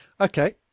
Okay